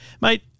Mate